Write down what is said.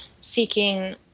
seeking